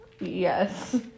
Yes